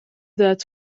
that